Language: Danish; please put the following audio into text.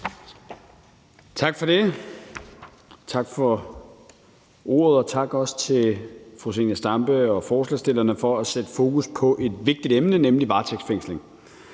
Hummelgaard): Tak for ordet, og også tak til fru Zenia Stampe og medforslagsstilleren for at sætte fokus på et vigtigt emne, nemlig varetægtsfængsling.